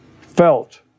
felt